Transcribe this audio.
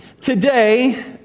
Today